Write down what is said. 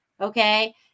Okay